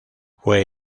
fue